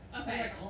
Okay